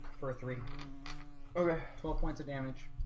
for three okay twelve points of damage